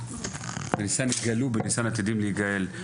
״בניסן נגאלו ובניסן עתידים להיגאל״,